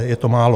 Je to málo.